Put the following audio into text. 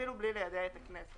אפילו בלי ליידע את הכנסת.